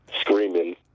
screaming